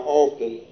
often